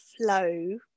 flow